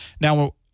Now